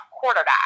quarterback